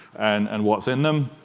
and and what's in them.